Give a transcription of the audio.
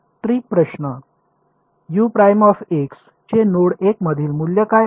trick प्रश्न चे node 1 मधील मूल्य काय आहे